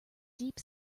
deep